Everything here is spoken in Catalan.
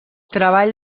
treball